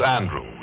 Andrew